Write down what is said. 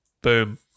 Boom